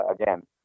again